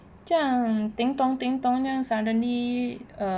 这样 ting tong ting tong 这样 suddenly err